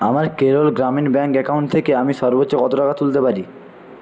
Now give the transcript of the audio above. আমার Kerala Gramin bank account থেকে আমি সর্বোচ্চ কত টাকা তুলতে পারি